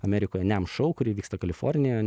amerikoje niam šou kuri vyksta kalifornijoje